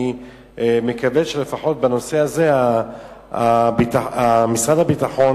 אני מקווה שלפחות בנושא הזה משרד הביטחון